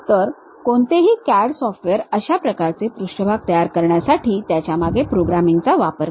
तर कोणतेही CAD software अशा प्रकारचे पृष्ठभाग तयार करण्यासाठी त्याच्या मागे प्रोग्रामिंग चा वापर करते